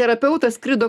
terapeutas skrido